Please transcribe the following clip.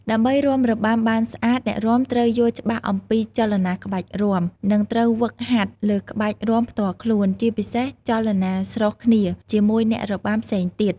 ដើម្បីរាំរបាំបានស្អាត អ្នករាំត្រូវយល់ច្បាស់អំពីចលនាក្បាច់រាំ និង ត្រូវហ្វឹកហាត់លើក្បាច់រាំផ្ទាល់ខ្លួន ជាពិសេសចលនាស្រុះគ្នាជាមួយអ្នករបាំផ្សេងទៀត។